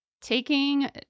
taking